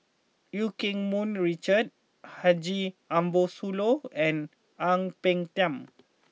Eu Keng Mun Richard Haji Ambo Sooloh and Ang Peng Tiam